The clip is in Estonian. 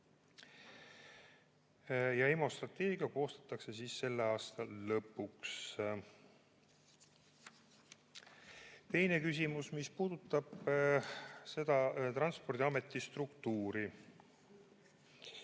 IMO strateegia koostatakse selle aasta lõpuks. Teine küsimus, mis puudutab Transpordiameti struktuuri.